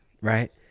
right